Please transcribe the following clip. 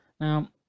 Now